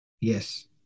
yes